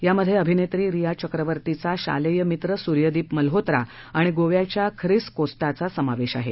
यामध्ये अभिनेत्री रिया चक्रवर्तीचा शालेय मित्र सूर्यदीप मल्होत्रा आणि गोव्याच्या ख्रिस कोस्टाचा समावेश आहे